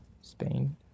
Spain